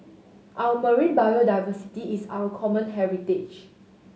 our marine biodiversity is our common heritage